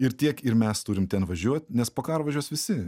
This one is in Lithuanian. ir tiek ir mes turim ten važiuot nes po karo važiuos visi